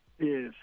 Yes